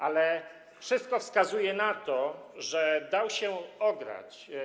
Ale wszystko wskazuje na to, że dał się ograć.